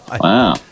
Wow